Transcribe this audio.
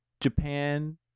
Japan